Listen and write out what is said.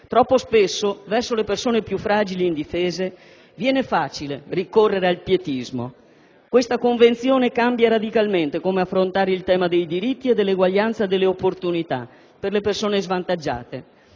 Troppo spesso verso le persone più fragili ed indifese viene facile ricorrere al pietismo. Questa Convenzione cambia radicalmente il modo di affrontare il tema dei diritti e dell'uguaglianza delle opportunità per le persone svantaggiate: